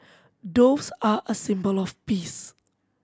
doves are a symbol of peace